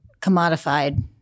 commodified